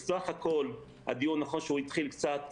בסך הכול הדיון נכון שהוא התחיל צורם,